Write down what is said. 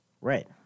Right